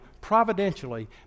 providentially